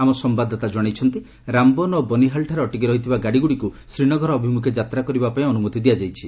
ଆମ ସମ୍ଭାଦଦାତା ଜଣାଇଛନ୍ତି ରାମବନ ଓ ବନିହାଲଠାରେ ଅଟକି ରହିଥିବା ଗାଡିଗୁଡିକୁ ଶ୍ରୀନଗର ଅଭିମୁଖେ ଯାତ୍ରା କରିବା ପାଇଁ ଅନୁମତି ଦିଆଯାଇଛି